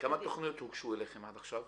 כמה תוכניות הוגשו אליכם עד עכשיו?